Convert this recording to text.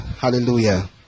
hallelujah